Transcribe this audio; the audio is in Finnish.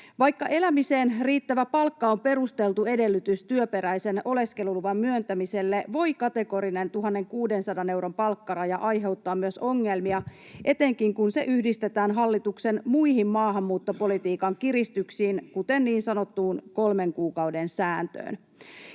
Vaikka elämiseen riittävä palkka on perusteltu edellytys työperäisen oleskeluluvan myöntämiselle, voi kategorinen 1 600 euron palkkaraja aiheuttaa myös ongelmia, etenkin kun se yhdistetään hallituksen muihin maahanmuuttopolitiikan kiristyksiin, kuten niin sanottuun kolmen kuukauden sääntöön.